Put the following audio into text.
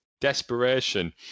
desperation